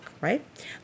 right